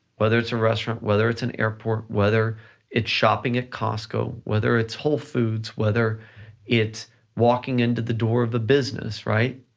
whether it's a restaurant, whether it's an airport, whether it's shopping at costco, whether it's whole foods, whether it's walking into the door of the business, right?